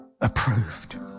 approved